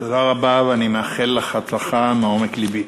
תודה רבה, ואני מאחל לך הצלחה מעומק לבי.